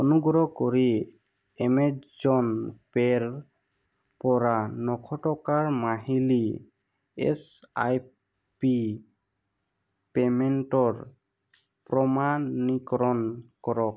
অনুগ্ৰহ কৰি এমেজন পে'ৰ পৰা নশ টকাৰ মাহিলী এছ আই পি পে'মেণ্টৰ প্ৰমাণীকৰণ কৰক